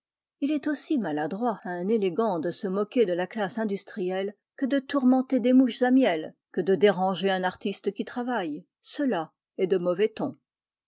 il est aussi maladroit à un élégant de se moquer de la classe industrielle que de tourmenter des mouches à miel que de déranger un artiste qui travaille cela est de mauvais ton